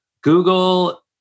Google